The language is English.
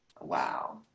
Wow